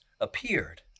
appeared